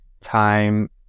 time